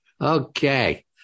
Okay